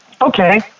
okay